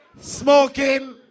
Smoking